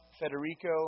Federico